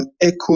echo